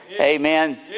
Amen